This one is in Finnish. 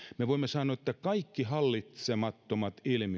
me voimme sanoa että kaikki hallitsemattomat ilmiöt